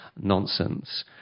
nonsense